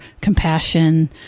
compassion